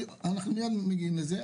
מיד נגיע לזה,